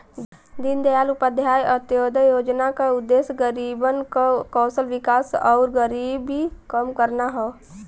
दीनदयाल उपाध्याय अंत्योदय योजना क उद्देश्य गरीबन क कौशल विकास आउर गरीबी कम करना हौ